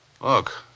Look